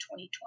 2020